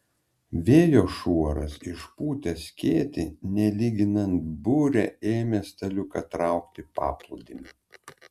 vėjo šuoras išpūtęs skėtį nelyginant burę ėmė staliuką traukti paplūdimiu